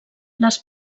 les